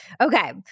Okay